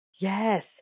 Yes